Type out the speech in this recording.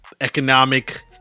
economic